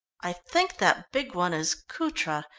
i think that big one is cutra,